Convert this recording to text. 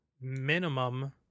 minimum